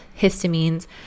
histamines